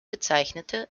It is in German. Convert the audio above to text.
bezeichnete